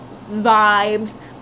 vibes